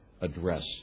address